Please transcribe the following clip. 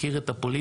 מכיר את הפוליטיקה.